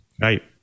Right